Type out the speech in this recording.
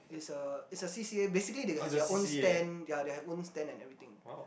it's it's a C_C_A basically they have their own stand ya they have own stand and everything